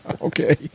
Okay